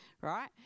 Right